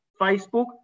Facebook